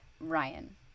Ryan